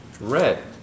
red